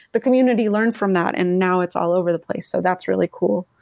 the community learned from that and now it's all over the place, so that's really cool.